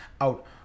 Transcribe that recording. out